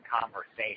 conversation